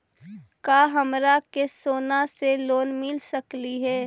का हमरा के सोना से लोन मिल सकली हे?